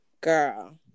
Girl